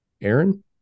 Aaron